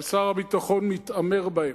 אבל שר הביטחון מתעמר בהם.